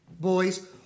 boys